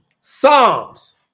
Psalms